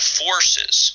forces